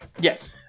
Yes